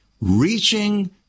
reaching